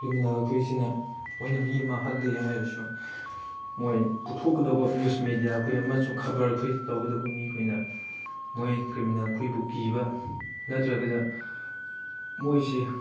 ꯀ꯭ꯔꯤꯃꯤꯅꯦꯜꯈꯣꯏꯁꯤꯅ ꯑꯩꯈꯣꯏꯅ ꯃꯤ ꯑꯃ ꯍꯥꯠꯂꯦ ꯍꯥꯏꯔꯁꯨ ꯃꯣꯏ ꯄꯨꯊꯣꯛꯀꯗꯕ ꯅ꯭ꯌꯨꯁ ꯃꯦꯗꯤꯌꯥꯈꯣꯏ ꯑꯃꯁꯨꯡ ꯈꯕꯔꯈꯣꯏ ꯇꯧꯒꯗꯕ ꯃꯤꯈꯣꯏꯅ ꯃꯣꯏ ꯀ꯭ꯔꯤꯃꯤꯅꯦꯜꯈꯣꯏꯕꯨ ꯀꯤꯕ ꯅꯠꯇ꯭ꯔꯒꯗ ꯃꯣꯏꯁꯤ